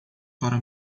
para